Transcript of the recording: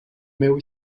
meu